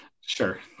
Sure